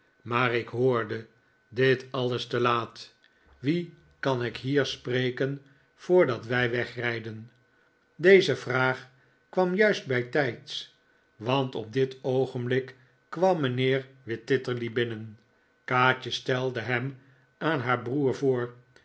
maar ik hoorde dit alles te laat wien kan ik hier spreken voordat wij wegrijden deze vraag kwam juist bijtijds want op dit oogenblik kwam mijnheer wititterly binnen kaatje stelde hem aan haar broer voor